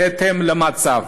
בהתאם למצב.